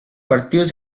partidos